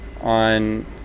on